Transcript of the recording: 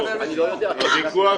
אני לא אמרתי.